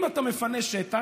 אם אתה מפנה שטח,